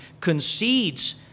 concedes